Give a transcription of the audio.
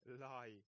lie